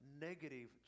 negative